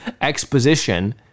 exposition